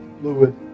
fluid